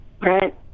Right